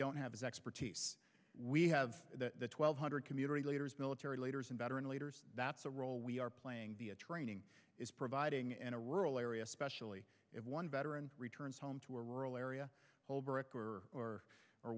don't have is expertise we have twelve hundred community leaders military leaders and veteran leaders that's a role we are playing the training is providing a rural area especially if one veteran returns home to a rural area or